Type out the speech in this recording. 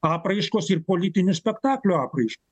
apraiškos ir politinių spektaklių apraiškos